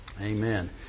Amen